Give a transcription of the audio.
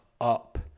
up